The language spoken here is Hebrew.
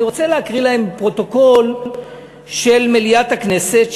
אני רוצה להקריא להם פרוטוקול של ישיבת מליאת הכנסת,